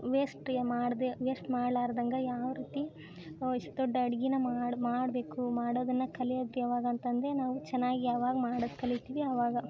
ವೇಸ್ಟೆ ಮಾಡಿದೆ ವೇಸ್ಟ್ ಮಾಡ್ಲಾರ್ದಂಗೆ ಯಾವ ರೀತಿ ಓ ಇಷ್ಟು ದೊಡ್ಡ ಅಡ್ಗೆನ ಮಾಡ್ ಮಾಡಬೇಕು ಮಾಡೋದನ್ನು ಕಲಿಯೋಕ್ಕೆ ಯಾವಾಗ ಅಂತಂದರೆ ನಾವು ಚೆನ್ನಾಗಿ ಯಾವಾಗ ಮಾಡೋದ್ ಕಲಿತೀವಿ ಅವಾಗ